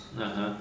(uh huh)